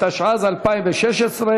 התשע"ז 2016,